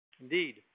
Indeed